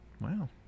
Wow